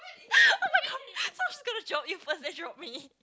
oh my god so she's gonna drop you first then drop me